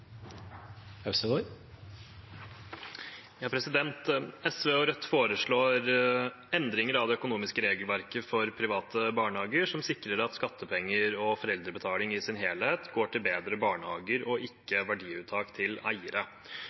det økonomiske regelverket for private barnehager som sikrer at skattepenger og foreldrebetaling i sin helhet går til bedre barnehager og ikke verdiuttak til eiere.